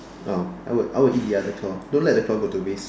oh I would I would eat the other claw don't let the claw go to waste